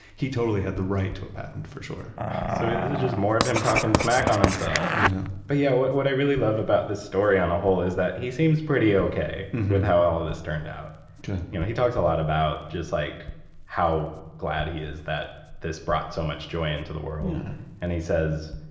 he totally had the right to a patent, for sure so, this is just more of him talking smack on himself! yeah but yeah, what what i really love about this story on a whole is that he seems pretty okay with how all of this turned out good you know he talks a lot about about like how glad he is that this brought so much joy into the world yeah and he says,